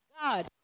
God